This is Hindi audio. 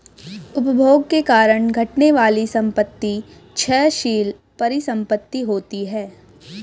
उपभोग के कारण घटने वाली संपत्ति क्षयशील परिसंपत्ति होती हैं